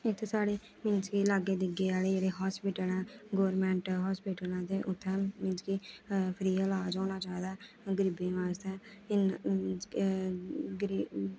इत्थै साढ़े मींस कि लागे दिग्गे आह्ले हास्पिटल न गौरमैंट हास्पिटल न ते उत्थै मींस कि फ्री दा ईलाज होना चाहिदा गरीबें बास्तै मींस कि गरीब